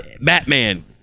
batman